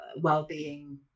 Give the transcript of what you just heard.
well-being